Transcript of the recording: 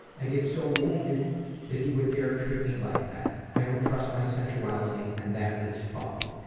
i get so wounded that he would dare treat me like that. i don't trust my sexuality and that is fucked.